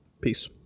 Peace